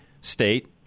state